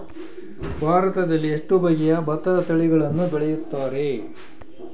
ಭಾರತದಲ್ಲಿ ಎಷ್ಟು ಬಗೆಯ ಭತ್ತದ ತಳಿಗಳನ್ನು ಬೆಳೆಯುತ್ತಾರೆ?